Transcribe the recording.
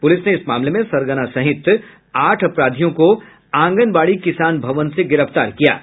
police ने इस मामले में सरगना सहित आठ अपराधियों को आंगनबाड़ी किसान भवन से गिरफ्तार किया है